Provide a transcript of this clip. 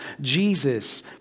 Jesus